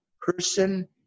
person